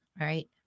Right